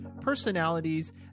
personalities